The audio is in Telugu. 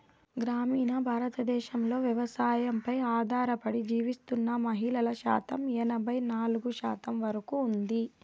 గ్రామీణ భారతదేశంలో వ్యవసాయంపై ఆధారపడి జీవిస్తున్న మహిళల శాతం ఎనబై నాలుగు శాతం వరకు ఉంది